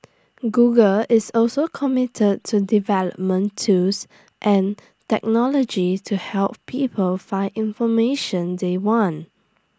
Google is also committed to development tools and technology to help people find information they want